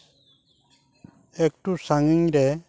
ᱮᱠᱴᱩ ᱥᱟᱺᱜᱤᱧ ᱨᱮ